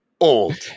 Old